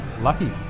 Lucky